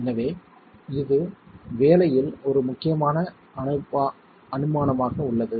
எனவே இது வேலையில் ஒரு முக்கியமான அனுமானமாக உள்ளது